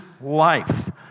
life